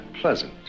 pleasant